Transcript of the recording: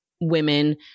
women